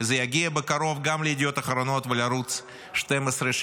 זה יגיע בקרוב גם לידיעות אחרונות ולערוץ 12,